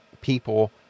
people